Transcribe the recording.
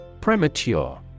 Premature